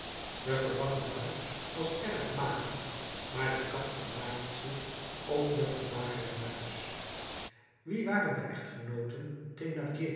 de gevangen muis was erg mager maar de kat vermaakt zich ook met een magere muis wie waren de echtgenooten